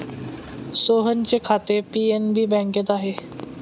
सोहनचे खाते पी.एन.बी बँकेत आहे